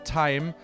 time